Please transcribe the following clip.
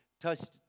touched